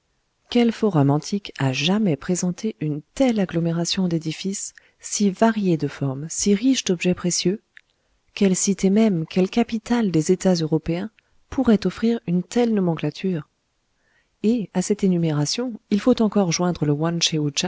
quel forum antique a jamais présenté une telle agglomération d'édifices si variés de formes si riches d'objets précieux quelle cité même quelle capitale des états européens pourrait offrir une telle nomenclature et à cette énumération il faut encore joindre le